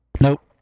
Nope